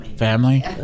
family